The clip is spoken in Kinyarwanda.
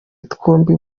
twombi